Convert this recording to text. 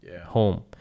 home